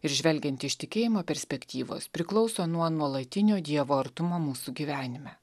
ir žvelgiant iš tikėjimo perspektyvos priklauso nuo nuolatinio dievo artumo mūsų gyvenime